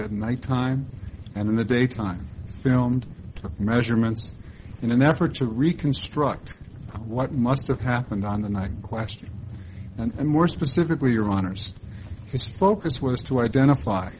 at nighttime and in the daytime filmed took measurements in an effort to reconstruct what must have happened on the night question and more specifically your honour's focus was to identify